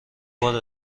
بار